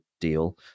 deal